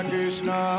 Krishna